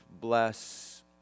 bless